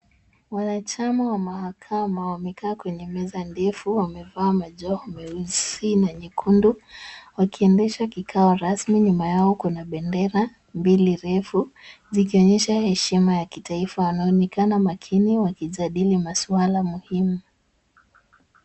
Wanachama wa mahakama wamekaa kwenye meza ndefu, wamevaa majoho meusi na nyekundu, wakiendesha kikao rasmi. Nyuma yao kuna bendera mbili ndefu, zikionyesha heshima ya taifa. Wanaonekana makini wakijadili masuala muhimu.